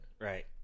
Right